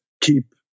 keep